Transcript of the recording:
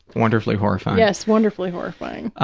wonderfully horrifying. yes, wonderfully horrifying.